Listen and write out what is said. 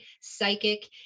psychic